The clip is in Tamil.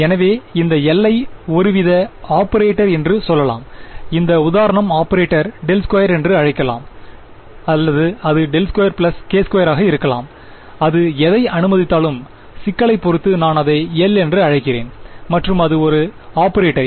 எனவே இந்த L ஐ ஒருவித ஆபரேட்டர் என்று சொல்லலாம் இந்த உதாரணம் ஆபரேட்டர் ∇2என்று சொல்லலாம் அல்லது அது ∇2 k2 ஆக இருக்கலாம் அது எதை அனுமதித்தாலும் சிக்கலைப் பொறுத்தது நான் அதை L என்று அழைக்கிறேன்மற்றும் அது ஒரு ஆபரேட்டர்